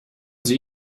sie